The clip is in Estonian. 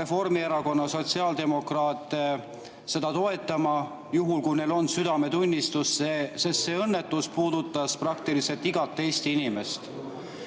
Reformierakonda ja sotsiaaldemokraate seda toetama, juhul kui neil on südametunnistus, sest see õnnetus puudutas praktiliselt igat Eesti inimest.